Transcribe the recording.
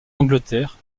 angleterre